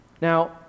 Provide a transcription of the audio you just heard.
Now